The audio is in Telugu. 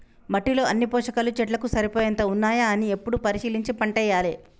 మట్టిలో అన్ని పోషకాలు చెట్లకు సరిపోయేంత ఉన్నాయా అని ఎప్పుడు పరిశీలించి పంటేయాలే